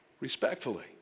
Respectfully